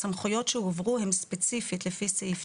הסמכויות שהועברו הם ספציפית לפי סעיף